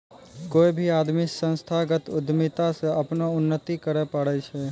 कोय भी आदमी संस्थागत उद्यमिता से अपनो उन्नति करैय पारै छै